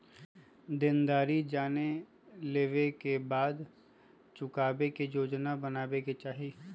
देनदारी जाने लेवे के बाद चुकावे के योजना बनावे के चाहि